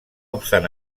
obstant